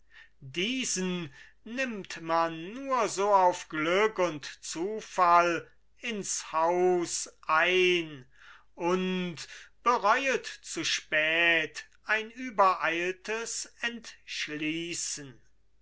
diesen nimmt man nur so auf glück und zufall ins haus ein und bereuet zu spät ein übereiltes entschließen